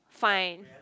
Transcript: fine